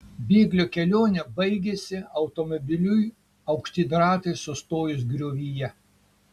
bėglio kelionė baigėsi automobiliui aukštyn ratais sustojus griovyje